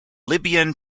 libyan